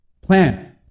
Plan